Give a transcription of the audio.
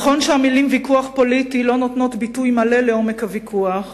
נכון שהמלים "ויכוח פוליטי" לא נותנות ביטוי מלא לעומק הוויכוח,